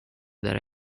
that